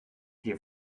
wir